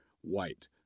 white